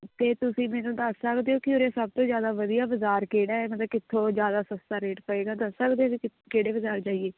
ਅਤੇ ਤੁਸੀਂ ਮੈਨੂੰ ਦੱਸ ਸਕਦੇ ਹੋ ਕਿ ਉਰੇ ਸਭ ਤੋਂ ਜ਼ਿਆਦਾ ਵਧੀਆ ਬਾਜ਼ਾਰ ਕਿਹੜਾ ਮਤਲਬ ਕਿੱਥੋਂ ਜ਼ਿਆਦਾ ਸਸਤਾ ਰੇਟ ਪਏਗਾ ਦੱਸ ਸਕਦੇ ਹੋ ਵੀ ਕਿੱ ਕਿਹੜੇ ਬਾਜ਼ਾਰ ਜਾਈਏ